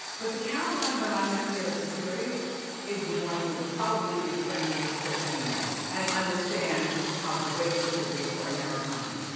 but the caroline that i met there at security is the one that probably is friendly with kris anyway, and understands how great this would be for americana.